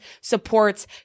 supports